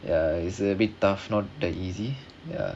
ya it's a bit tough not that easy ya